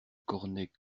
cornet